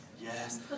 Yes